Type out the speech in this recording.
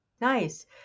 Nice